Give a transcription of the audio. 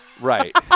Right